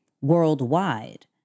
worldwide